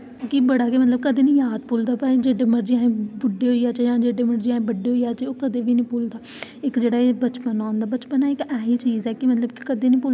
पिर अस ओहदे बाद केह् होआ इक बार में खेलन गेई खौ खौ च मिगी बडा इंटरस्ट हा कबड्डी खौ खौ ओहदे च बडा़ इंटरेस्ट हा इक बार खेलन गे उद्धर